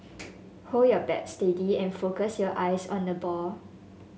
hold your bat steady and focus your eyes on the ball